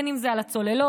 בין שזה על הצוללות,